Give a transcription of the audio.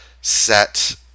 set